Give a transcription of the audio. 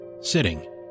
Sitting